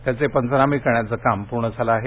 त्याचे पंचनामे करण्याचे काम पूर्ण झालं आहे